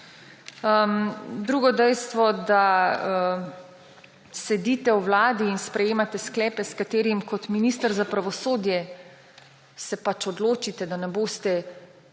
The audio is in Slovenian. Drugo dejstvo, da sedite v Vladi in sprejemate sklepe, v katerih se kot minister za pravosodje pač odločite, da ne boste